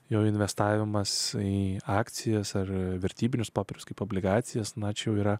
jo investavimas į akcijas ar vertybinius popierius kaip obligacijas tačiau yra